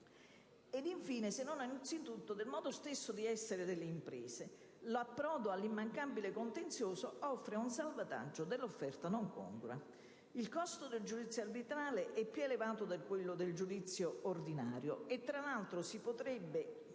II costo del giudizio arbitrale è più elevato di quello del giudizio ordinario. Tra l'altro, si potrebbe